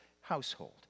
household